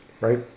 Right